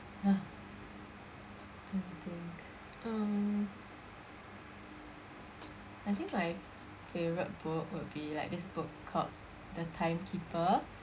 !huh! let me think uh I think my favourite book will be like this book called the time keeper